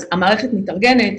אז המערכת מתארגנת,